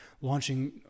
launching